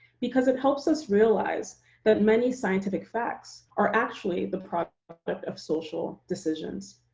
because it helps us realize that many scientific facts are actually the product of but of social decisions.